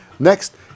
Next